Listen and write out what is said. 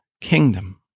kingdom